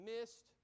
missed